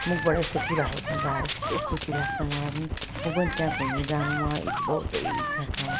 मुखबाट यस्तो कुराहरू सुन्दा यस्तो खुसी लाग्छ मलाई पनि म पनि त्यहाँ घुम्नु जानु मलाई बहुतै इच्छा छ